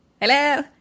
Hello